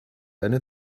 eine